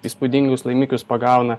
įspūdingus laimikius pagauna